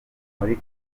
muri